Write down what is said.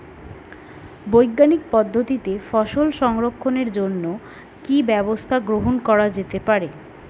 বৈজ্ঞানিক পদ্ধতিতে ফসল সংরক্ষণের জন্য কি ব্যবস্থা গ্রহণ করা যেতে পারে?